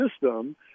system